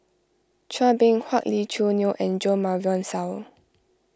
Chua Beng Huat Lee Choo Neo and Jo Marion Seow